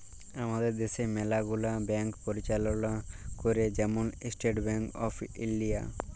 আমাদের দ্যাশে ম্যালা গুলা ব্যাংক পরিচাললা ক্যরে, যেমল ইস্টেট ব্যাংক অফ ইলডিয়া